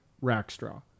Rackstraw